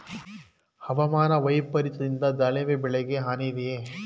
ಹವಾಮಾನ ವೈಪರಿತ್ಯದಿಂದ ದಾಳಿಂಬೆ ಬೆಳೆಗೆ ಹಾನಿ ಇದೆಯೇ?